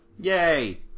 Yay